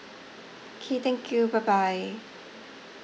K thank you bye bye